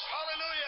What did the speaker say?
Hallelujah